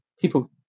people